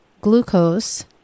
glucose